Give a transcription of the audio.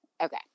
Okay